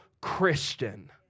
Christian